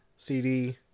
CD